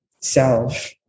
self